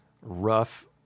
rough